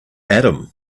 adam